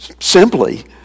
simply